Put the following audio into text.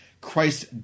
Christ